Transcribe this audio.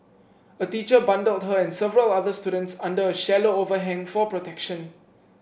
a teacher bundled her and several other students under a shallow overhang for protection